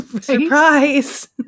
Surprise